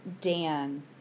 Dan